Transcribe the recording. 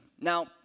Now